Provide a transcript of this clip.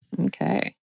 Okay